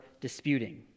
disputing